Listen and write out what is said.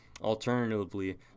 Alternatively